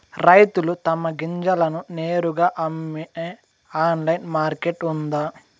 రైతులు తమ గింజలను నేరుగా అమ్మే ఆన్లైన్ మార్కెట్ ఉందా?